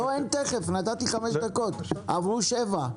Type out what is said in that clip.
לא תכף, הקצבתי חמש דקות ועברו שבע.